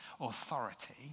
authority